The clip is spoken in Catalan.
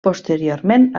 posteriorment